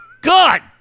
God